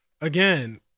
again